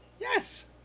Yes